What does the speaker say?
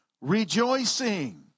rejoicing